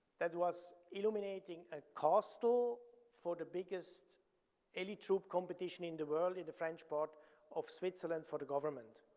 that was illuminating a castle for the biggest elite troop competition in the world, in the french part of switzerland for the government.